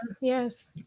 yes